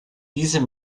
dieser